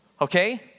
okay